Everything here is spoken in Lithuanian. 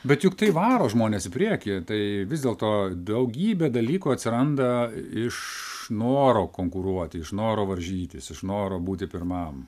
bet juk tai varo žmones į priekį tai vis dėl to daugybė dalykų atsiranda iš noro konkuruoti iš noro varžytis iš noro būti pirmam